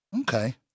Okay